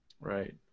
Right